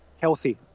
healthy